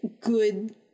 good